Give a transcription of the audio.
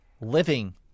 living